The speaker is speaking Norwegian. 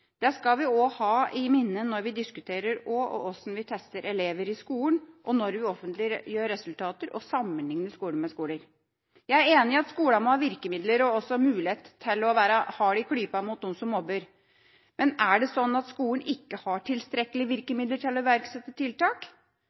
skal vi ha i minne også når vi diskuterer hvordan vi tester elever i skolen, og når vi offentliggjør resultater og sammenligner skoler med skoler. Jeg er enig i at skolene må ha virkemidler og også mulighet til å være hard i klypa mot dem som mobber, men er det slik at skolen ikke har tilstrekkelig med virkemidler til å iverksette tiltak?